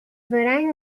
varying